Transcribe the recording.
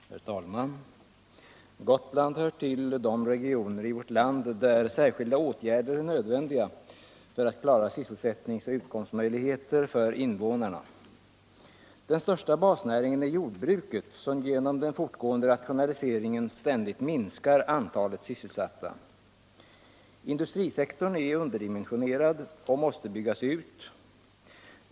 Herr talman! Gotland hör till de regioner i vårt land där särskilda åtgärder är nödvändiga för att klara sysselsättnings och utkomstmöjligheterna för invånarna. Den största basnäringen är jordbruket, som genom den fortgående rationaliseringen ständigt minskar antalet sysselsatta. Industrisektorn är underdimensionerad och måste byggas ut.